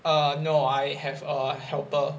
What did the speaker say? err no I have a helper